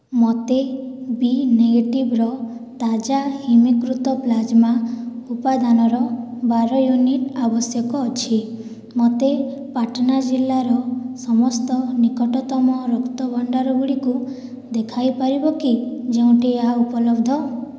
ମୋତେ ବି ନେଗେଟିଭର ତାଜା ହିମିକୃତ ପ୍ଲାଜମା ଉପାଦାନର ବାର ୟୁନିଟ୍ ଆବଶ୍ୟକ ଅଛି ମୋତେ ପାଟନା ଜିଲ୍ଲାର ସମସ୍ତ ନିକଟତମ ରକ୍ତ ଭଣ୍ଡାର ଗୁଡ଼ିକୁ ଦେଖାଇପାରିବକି ଯେଉଁଠି ଏହା ଉପଲବ୍ଧ